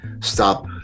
stop